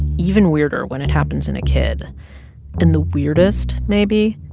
even weirder when it happens in a kid and the weirdest maybe,